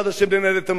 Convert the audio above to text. ננהל את המדינה,